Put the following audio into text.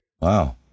Wow